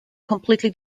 completely